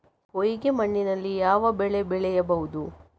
ಹೊಯ್ಗೆ ಮಣ್ಣಿನಲ್ಲಿ ಯಾವ ಬೆಳೆ ಬೆಳೆಯಬಹುದು?